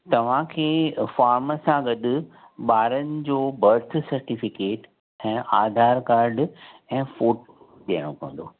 तव्हांखे फ़ॉम सां गॾु ॿारनि जो बर्थ सर्टिफ़िकेट ऐं आधार काड ऐं फ़ोटो ॾियणो पवंदो